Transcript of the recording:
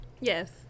yes